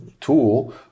tool